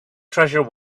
treasure